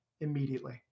immediately